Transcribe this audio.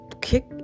kick